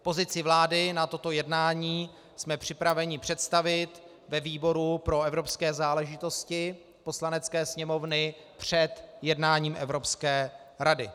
Pozici vlády na toto jednání jsme připraveni představit ve výboru pro evropské záležitosti Poslanecké sněmovny před jednáním Evropské rady.